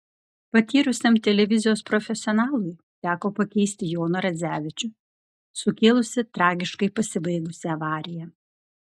patyrusiam tv profesionalui teko pakeisti joną radzevičių sukėlusį tragiškai pasibaigusią avariją